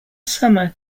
summer